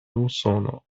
usono